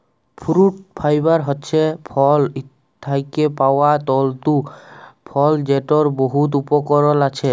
fruit fibre হছে ফল থ্যাকে পাউয়া তল্তু ফল যেটর বহুত উপকরল আছে